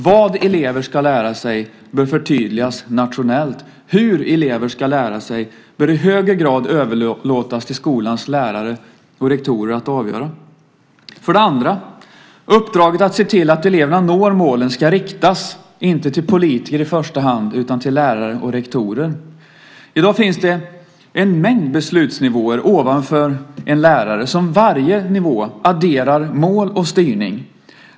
Vad elever ska lära sig bör förtydligas nationellt; hur elever ska lära sig bör i högre grad överlåtas till skolans lärare och rektorer att avgöra. För det andra ska uppdraget att se till att eleverna når målen riktas inte till politiker i första hand utan till lärare och rektorer. I dag finns det en mängd beslutsnivåer ovanför läraren som var och en adderar mål och styrning.